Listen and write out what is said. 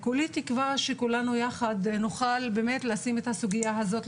כולי תקווה שכולנו יחד באמת נוכל לשים את הסוגיה הזאת,